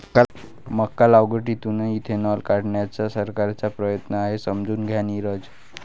मका लागवडीतून इथेनॉल काढण्याचा सरकारचा प्रयत्न आहे, समजून घ्या नीरज